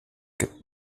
gibt